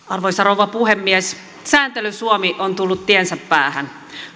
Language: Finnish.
arvoisa rouva puhemies sääntely suomi on tullut tiensä päähän